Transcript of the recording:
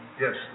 Yes